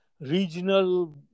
regional